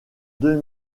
deux